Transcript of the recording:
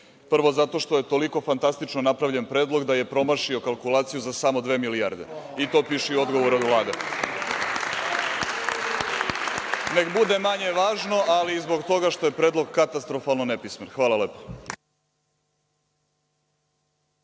Prvo, zato što je toliko fantastično napravljen predlog da je promašio kalkulaciju za samo dve milijarde i to piše u odgovoru Vlade. Neka bude manje važno, ali i zbog toga što je predlog katastrofalno nepismen. Hvala lepo.